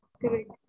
Correct